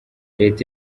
leta